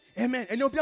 Amen